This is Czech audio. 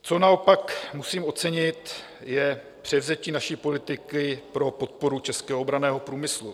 Co naopak musím ocenit, je převzetí naší politiky pro podporu českého obranného průmyslu.